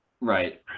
right